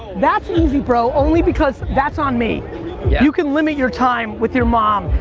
that's easy bro, only because that's on me you can limit your time with your mom,